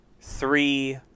three